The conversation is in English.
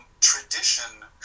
tradition